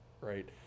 right